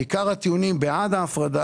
עיקר הטיעונים בעד ההפרדה,